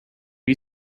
you